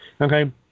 Okay